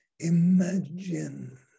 Imagine